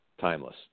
timeless